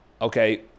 okay